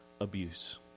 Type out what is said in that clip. abuse